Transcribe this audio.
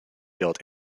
built